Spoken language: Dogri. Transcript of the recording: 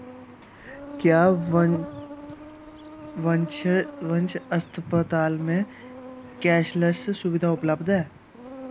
क्या वन वंश अस्पताल में कैशलैस्स सुबधा उपलब्ध ऐ